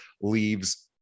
leaves